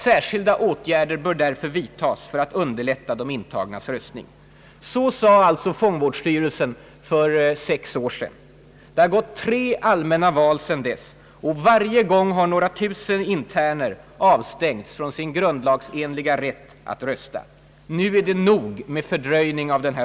Särskilda åtgärder bör därför vidtagas för att underlätta de intagnas röstning.» Så sade fångvårdsstyrelsen för sex år sedan. Det har varit tre allmänna val sedan dess, och varje gång har några tusen interner avstängts från sin grundlagsenliga rätt att rösta. Nu är det nog med fördröjning av frågan.